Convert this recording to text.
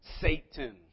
Satan